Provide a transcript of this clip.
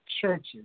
churches